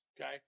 okay